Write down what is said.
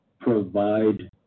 provide